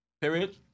Period